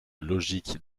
logique